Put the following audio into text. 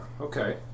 Okay